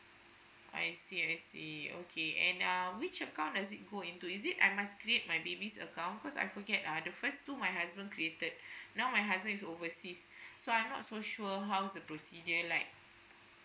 I see I see okay and uh which account does it go into is it I must create my baby's account cause I forget uh the first two my husband created now my husband is overseas so I'm not so sure how's the procedure like